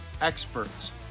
experts